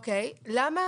נכון.